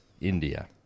India